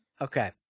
Okay